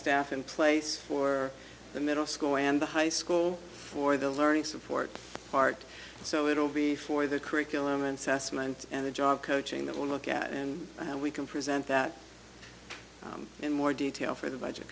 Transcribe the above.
staff in place for the middle school and the high school for the learning support part so it'll be for the curriculum and sas moment and the job coaching that will look at how we can present that in more detail for the budget